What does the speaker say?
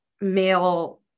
male